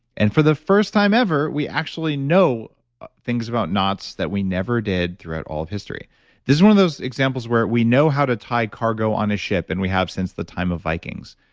and for the first time ever, we actually know things about knots that we never did throughout all of history this is one of those examples where we know how to tie cargo on a ship, and we have since the time of vikings,